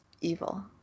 evil